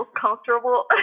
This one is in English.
comfortable